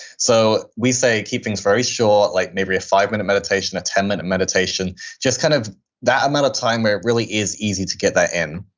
so we say, keep things very short, like maybe a five minute meditation, a ten minute meditation, just kind of that amount of time where it really is easy to get that in.